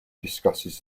discusses